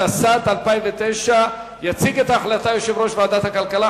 התשס"ט 2009. יציג את ההחלטה יושב-ראש ועדת הכלכלה,